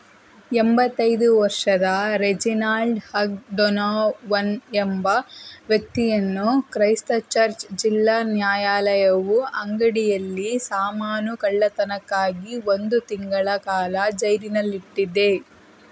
ಎಂಬತ್ತೈದು ವರ್ಷದ Reginald Hugh Donovan ಎಂಬ ವ್ಯಕ್ತಿಯನ್ನು ಕ್ರೈಸ್ತ ಚರ್ಚ್ ಜಿಲ್ಲಾ ನ್ಯಾಯಾಲಯವು ಅಂಗಡಿಯಲ್ಲಿ ಸಾಮಾನು ಕಳ್ಳತನಕ್ಕಾಗಿ ಒಂದು ತಿಂಗಳ ಕಾಲ ಜೈಲಿನಲ್ಲಿಟ್ಟಿದೆ